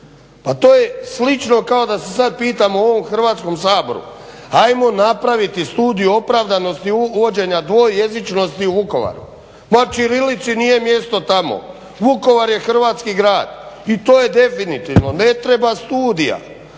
Pa to je slično kao da se sad pitamo u ovom Hrvatskom saboru ajmo napraviti studiju opravdanosti uvođenja dvojezičnosti u Vukovaru. Ma ćirilici nije mjesto tamo! Vukovar je hrvatski grad i to je definitivno, ne treba studija.